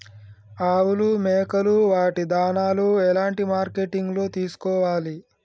ఆవులు మేకలు వాటి దాణాలు ఎలాంటి మార్కెటింగ్ లో తీసుకోవాలి?